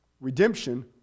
Redemption